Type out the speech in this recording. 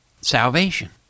salvation